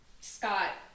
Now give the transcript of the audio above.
scott